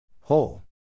Whole